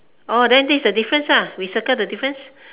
orh then this is the difference lah we circle the difference